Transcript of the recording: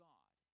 God